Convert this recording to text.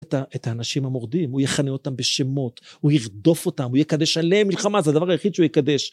את האנשים המורדים הוא יכנה אותם בשמות הוא ירדוף אותם הוא יקדש עליהם מלחמה זה הדבר היחיד שהוא יקדש